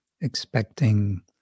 expecting